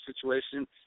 situation